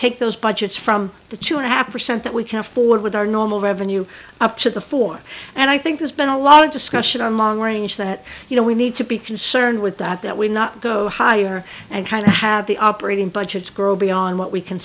take those budgets from the two hapless cent that we can afford with our normal revenue up to the four and i think there's been a lot of discussion on long range that you know we need to be concerned with that that we not go higher and try to have the operating budgets grow beyond what we can